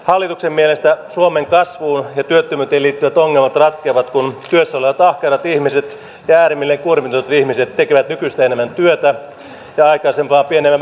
hallituksen mielestä suomen kasvuun ja työttömyyteen liittyvät ongelmat ratkeavat kun työssä olevat ahkerat ihmiset ja äärimmilleen kuormitetut ihmiset tekevät nykyistä enemmän työtä ja aikaisempaa pienemmällä palkalla